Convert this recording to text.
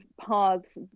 paths